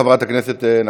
תודה, חבר הכנסת גליק.